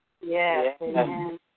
Yes